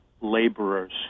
laborers